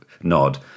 nod